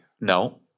No